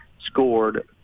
scored